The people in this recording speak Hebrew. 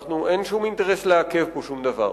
אין שום אינטרס לעכב פה שום דבר.